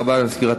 ברשות